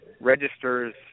registers